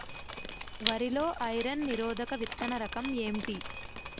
వరి లో ఐరన్ నిరోధక విత్తన రకం ఏంటి?